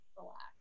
relax